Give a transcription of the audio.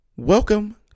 welcome